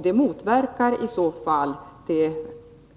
Detta är förslag som direkt motverkar de åtgärder